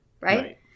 Right